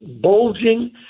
bulging